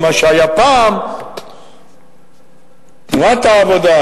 למה שהיה פעם תנועת העבודה,